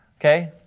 Okay